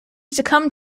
succumbed